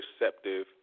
receptive